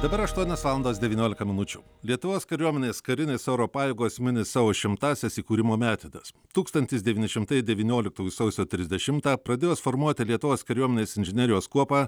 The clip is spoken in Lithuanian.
dabar aštuonios valandos devyniolika minučių lietuvos kariuomenės karinės oro pajėgos mini savo šimtąsias įkūrimo metines tūkstantis devyni šimtai devynioliktųjų sausio trisdešimtą pradėjus formuoti lietuvos kariuomenės inžinerijos kuopą